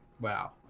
wow